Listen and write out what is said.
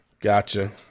Gotcha